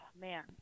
man